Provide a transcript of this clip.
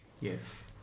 Yes